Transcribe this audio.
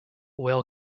whale